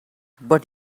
but